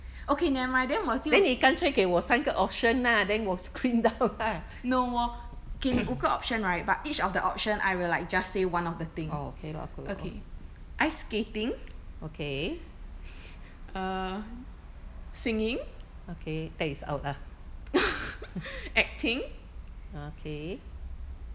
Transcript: okay never mind then 我就 no 我给你五个 option right but each of the option I will just say one of the thing okay ice skating err singing acting